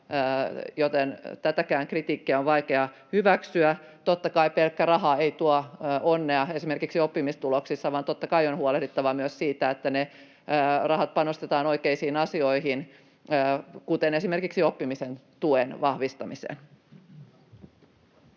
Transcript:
joten tätäkään kritiikkiä on vaikea hyväksyä. Totta kai pelkkä raha ei tuo onnea esimerkiksi oppimistuloksissa, vaan totta kai on huolehdittava myös siitä, että ne rahat panostetaan oikeisiin asioihin, kuten esimerkiksi oppimisen tuen vahvistamiseen.